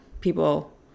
people